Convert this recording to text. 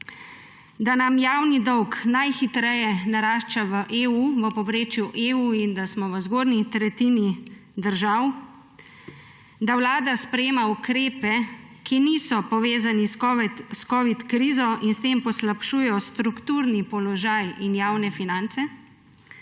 da nam javni dolg najhitreje narašča v povprečju EU in da smo v zgornji tretjini držav, da Vlada sprejema ukrepe, ki niso povezani s covid krizo in s tem poslabšujejo strukturno položaj in javne finance